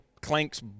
clanks